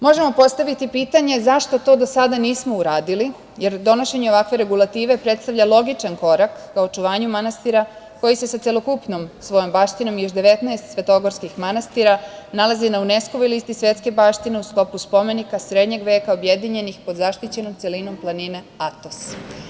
Možemo postaviti pitanje zašto to do sada nismo uradili, jer donošenje ovakve regulative predstavlja logičan korak ka očuvanju manastira, koji se sa celokupnom svojom baštinom i još 19 svetogorskih manastira nalazi na UNESKO listi svetske baštine u sklopu spomenika srednjeg veka, objedinjenih pod zaštićenom celinom planine Atos.